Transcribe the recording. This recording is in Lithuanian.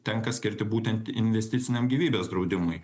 tenka skirti būtent investiciniam gyvybės draudimui